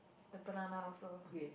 the banana also